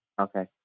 Okay